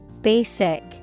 Basic